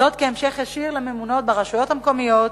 זאת כהמשך ישיר לממונות ברשויות המקומיות,